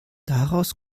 daraus